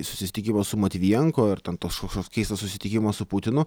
susitikimas su matvijenko ir ten toks kažkoks keistas susitikimas su putinu